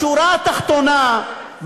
בשורה התחתונה,